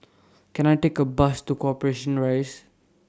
Can I Take A Bus to Corporation Rise